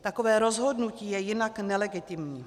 Takové rozhodnutí je jinak nelegitimní.